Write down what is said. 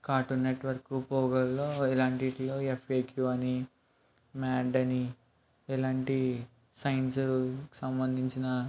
cartoon network పోగోల్లో ఇలాంటి వాటిల్లో ఎఫ్ఏక్యు అని మ్యాడ్ అని ఇలాంటి సైన్స్ సంబంధించిన